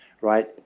right